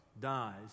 dies